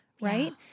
right